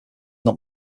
not